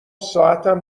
ساعتم